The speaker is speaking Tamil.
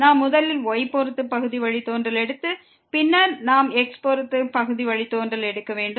நாம் முதலில் y பொறுத்து பகுதி வழித்தோன்றலை எடுத்து பின்னர் நாம் x பொறுத்து பகுதி வழித்தோன்றலை எடுக்க வேண்டும்